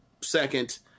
second